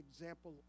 example